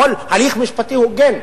בכל הליך משפטי הוגן,